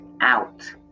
out